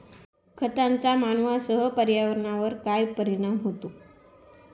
खतांचा मानवांसह पर्यावरणावर काय परिणाम होतो?